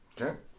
Okay